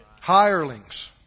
Hirelings